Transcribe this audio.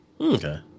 okay